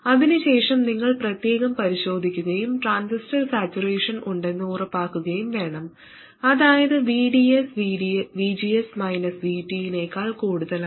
അതിനുശേഷം നിങ്ങൾ പ്രത്യേകം പരിശോധിക്കുകയും ട്രാൻസിസ്റ്റർ സാച്ചുറേഷൻ ഉണ്ടെന്ന് ഉറപ്പാക്കുകയും വേണം അതായത് VDS VGS VT നേക്കാൾ കൂടുതലാണ്